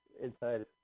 inside